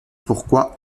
pourquoi